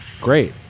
Great